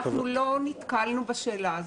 לא נתקלנו בשאלה הזאת.